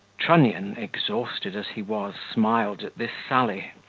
trunnion, exhausted as he was, smiled at this sally,